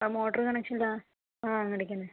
ആ മോട്ടോർ കണക്ഷനുള്ളതാണ് ആ അതിന്റെ അടിയിൽ തന്നെ